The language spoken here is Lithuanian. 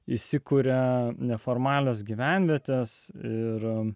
įsikuria neformalios gyvenvietes ir